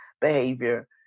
behavior